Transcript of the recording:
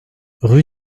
rue